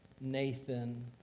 Nathan